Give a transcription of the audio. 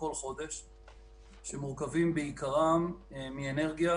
שמורכבים בעיקרם מאנרגיה